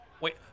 Wait